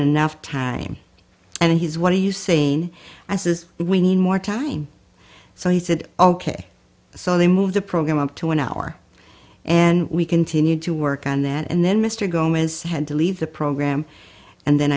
enough time and he's what are you saying i says we need more time so he said ok so they moved the program up to an hour and we continued to work on that and then mr gomes had to leave the program and then